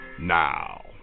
now